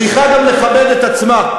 צריכה גם לכבד את עצמה.